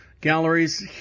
galleries